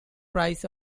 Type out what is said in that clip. price